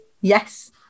Yes